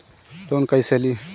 Loan कईसे ली?